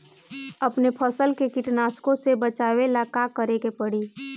अपने फसल के कीटनाशको से बचावेला का करे परी?